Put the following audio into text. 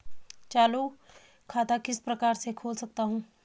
चालू खाता किस प्रकार से खोल सकता हूँ?